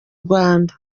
rwanda